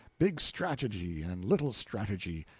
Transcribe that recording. big strategy and little strategy,